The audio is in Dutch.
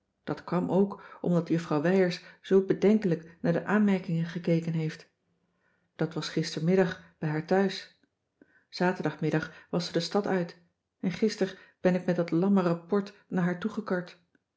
dat kwam ook omdat juffrouw wijers zoo bedenkelijk naar de aanmerkingen gekeken heeft dat was gistermiddag bij haar thuis zaterdagmiddag was ze de stad uit en gister ben ik met dat lamme rapport naar